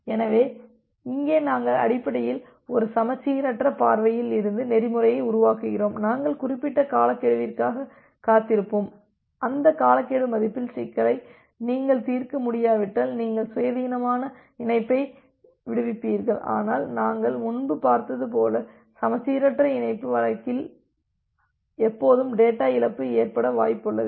எனவே இங்கே நாங்கள் அடிப்படையில் ஒரு சமச்சீரற்ற பார்வையில் இருந்து நெறிமுறையை உருவாக்குகிறோம் நாங்கள் குறிப்பிட்ட காலக்கெடுவிற்காக காத்திருப்போம் அந்த காலக்கெடு மதிப்பில் சிக்கலை நீங்கள் தீர்க்க முடியாவிட்டால் நீங்கள் சுயாதீனமாக இணைப்பை விடுவிப்பீர்கள் ஆனால் நாங்கள் முன்பு பார்த்தது போல சமச்சீரற்ற இணைப்பு வழக்கில் எப்போதும் டேட்டா இழப்பு ஏற்பட வாய்ப்பு உள்ளது